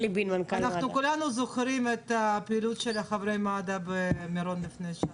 כולנו זוכרים את הפעילות של חברי מד"א במירון לפני שנה.